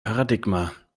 paradigma